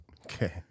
Okay